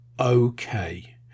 okay